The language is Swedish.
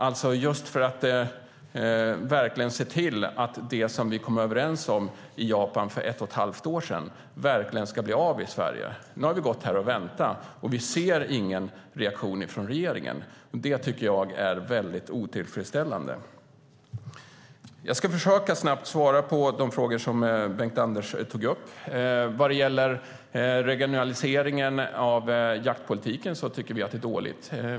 Det handlar om att verkligen se till att det som vi kom överens om i Japan för ett och ett halvt år sedan verkligen ska bli av i Sverige. Nu har vi gått här och väntat, och vi ser ingen reaktion från regeringen. Det tycker jag är mycket otillfredsställande. Jag ska försöka att snabbt svara på de frågor som Bengt-Anders Johansson tog upp. Regionaliseringen av jaktpolitiken tycker vi är dålig.